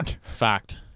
Fact